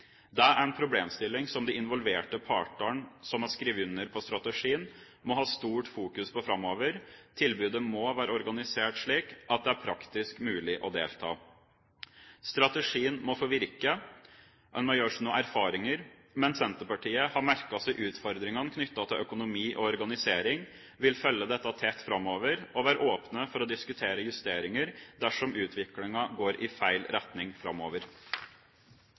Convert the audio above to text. Det er en problemstilling som de involverte partene som har skrevet under på strategien, må ha stort fokus på framover. Tilbudet må være organisert slik at det er praktisk mulig å delta. Strategien må få virke, og det må gjøres noen erfaringer, men Senterparitet har merket seg utfordringene knyttet til økonomi og organisering. Vi vil følge dette tett framover og være åpne for å diskutere justeringer dersom utviklinga går i feil retning framover.